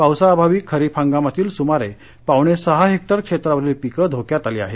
पावसाअभावी खरीप हंगामातील सुमारे पावणेसहा हेक्टर क्षेत्रावरील पिके धोक्यात आली आहेत